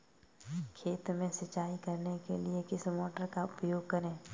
खेत में सिंचाई करने के लिए किस मोटर का उपयोग करें?